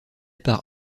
par